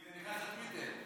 כי זה נכנס לטוויטר.